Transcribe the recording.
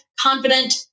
confident